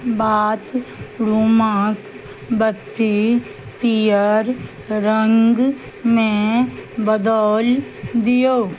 bath रूमक बत्ती पीयर रङ्गमे बदलि दियौ